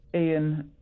Ian